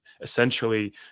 essentially